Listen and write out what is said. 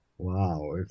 Wow